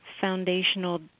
foundational